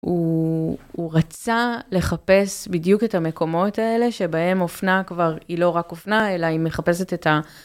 הוא רצה לחפש בדיוק את המקומות האלה שבהם אופנה כבר, היא לא רק אופנה אלא היא מחפשת את ה...